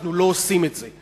אנחנו לא עושים את זה.